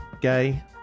gay